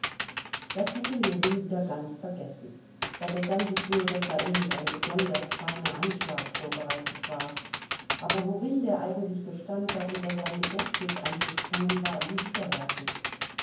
das hatte ljewin wieder ganz vergessen er besann sich nur daß da irgendein besonders feiner anschlag vorbereitet war aber worin der eigentlich bestand darüber sein gedächtnis anzustrengen war ihm widerwärtig